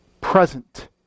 present